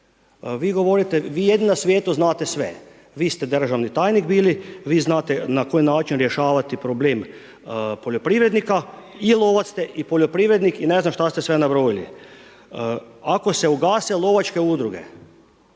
odstrjel. Vi jedini na svijetu znate sve, vi ste državni tajnik bili, vi znate na koji način rješavati problem poljoprivrednika. I lovac ste i poljoprivrednik i ne znam šta ste se sve nabrojali. Ako se ugase lovačke udruge,